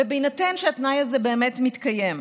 בהינתן שהתנאי הזה באמת מתקיים,